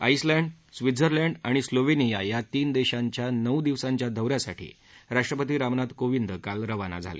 Iceland Switzerland आणि Slovenia या तीन देशांच्या नऊ दिवसांच्या दौऱ्यासाठी राष्ट्रपती रामनाथ कोविंद काल रवाना झाले